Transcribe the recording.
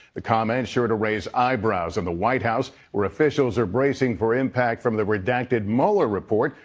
the comments sure to raise eyebrows in the white house where officials are bracing for impact from the redacted mueller report,